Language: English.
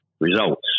results